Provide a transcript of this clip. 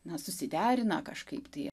na susiderina kažkaip tai